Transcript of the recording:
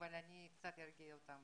אבל אני קצת ארגיע אותם,